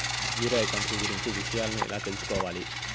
Zero account కు గురించి విషయాలను ఎలా తెలుసుకోవాలి?